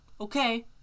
Okay